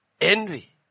envy